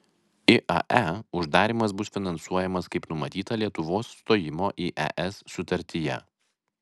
iae uždarymas bus finansuojamas kaip numatyta lietuvos stojimo į es sutartyje